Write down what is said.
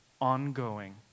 ongoing